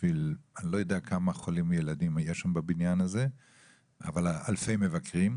אני לא יודע כמה ילדים חולים יש שם בבניין הזה אבל היו אלפי מבקרים.